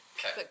Okay